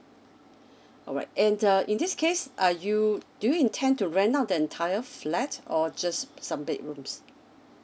alright and uh in this case are you do you intend to rent out the entire flats or just some bedrooms